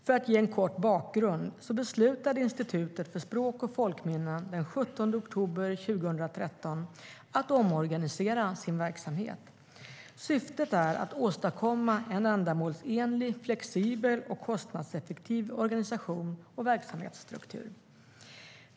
För att ge en kort bakgrund beslutade Institutet för språk och folkminnen den 17 oktober 2013 att omorganisera sin verksamhet. Syftet är att åstadkomma en ändamålsenlig, flexibel och kostnadseffektiv organisation och verksamhetsstruktur.